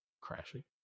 crashing